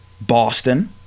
Boston